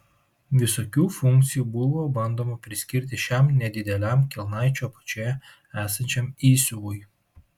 visokių funkcijų buvo bandoma priskirti šiam nedideliam kelnaičių apačioje esančiam įsiuvui